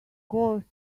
course